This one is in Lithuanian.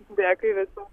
dėkui viso